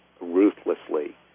ruthlessly